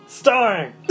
Starring